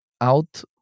out